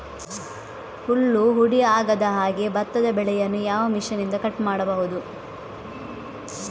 ಹುಲ್ಲು ಹುಡಿ ಆಗದಹಾಗೆ ಭತ್ತದ ಬೆಳೆಯನ್ನು ಯಾವ ಮಿಷನ್ನಿಂದ ಕಟ್ ಮಾಡಬಹುದು?